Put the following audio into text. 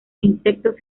insectos